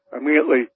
immediately